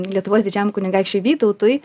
lietuvos didžiajam kunigaikščiui vytautui